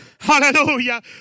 Hallelujah